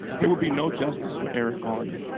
there would be no justice for eric garner.